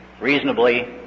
reasonably